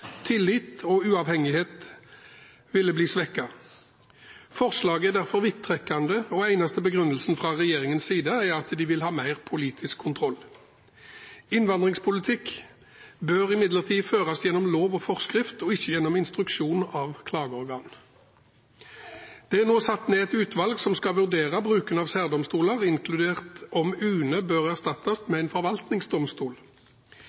tillit og uavhengighet ville bli svekket. Forslaget er derfor vidtrekkende, og den eneste begrunnelsen fra regjeringens side er at de vil ha mer politisk kontroll. Innvandringspolitikk bør imidlertid føres gjennom lov og forskrift og ikke gjennom instruksjon av klageorgan. Det er nå satt ned et utvalg som skal vurdere bruken av særdomstoler, inkludert om UNE bør erstattes med en forvaltningsdomstol.